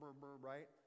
right